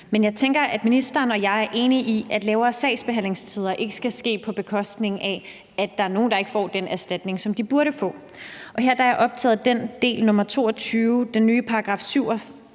Men jeg tænker, at ministeren og jeg i hvert fald er enige om, at kortere sagsbehandlingstider ikke skal være på bekostning af, at der er nogen, der ikke får den erstatning, som de burde få. Her er jeg optaget af den del med den nye § 47.